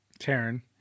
Taryn